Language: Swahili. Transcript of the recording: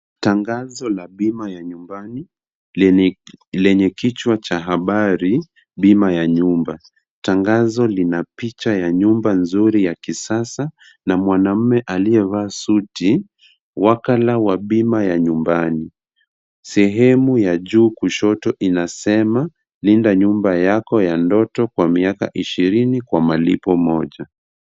Tangazo la bima ya nyumbani lenye kichwa cha habari bima ya nyumba. Tangazo lina picha ya nyumba nzuri ya kisasa na mwanamume aliyevaa suti wakala wa bima ya nyumbani. Sehemu ya juu kushoto inasema linda nyumba yako ya ndoto kwa miaka ishirini kwa malipo moja.